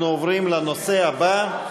אנחנו עוברים לנושא הבא.